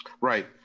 Right